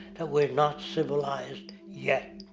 that we're not civilized yet.